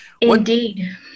Indeed